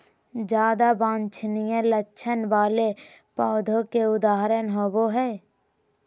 ज्यादा वांछनीय लक्षण वाले पौधों के उदाहरण होबो हइ